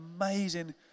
amazing